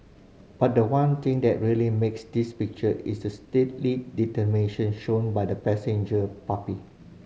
but the one thing that really makes this picture is the steely determination shown by the passenger puppy